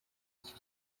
iki